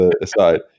aside